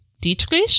Dietrich